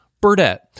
Burdett